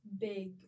big